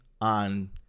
on